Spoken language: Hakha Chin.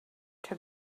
ṭha